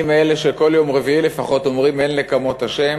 אני מאלה שכל יום רביעי לפחות אומרים "אל נקמות ה'",